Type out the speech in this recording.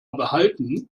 behalten